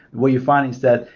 what you find instead,